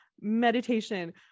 meditation